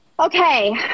Okay